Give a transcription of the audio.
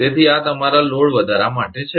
તેથી આ તમારા લોડ વધારા માટે છે